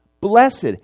Blessed